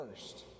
first